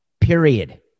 Period